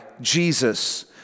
Jesus